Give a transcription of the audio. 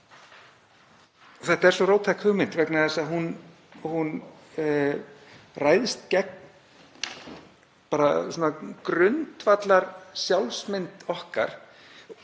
Þetta er svo róttæk hugmynd vegna þess að hún ræðst gegn grundvallarsjálfsmynd okkar,